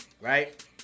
right